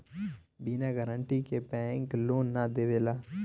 बिना गारंटी के bank loan ना देवेला